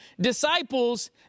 disciples